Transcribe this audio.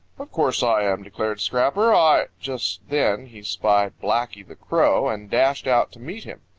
of course i am, declared scrapper. i just then he spied blacky the crow and dashed out to meet him.